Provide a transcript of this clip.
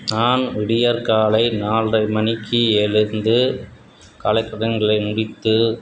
நான் விடியற்காலை நாலரை மணிக்கு எழுந்து காலைக் கடன்களை முடித்து